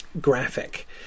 graphic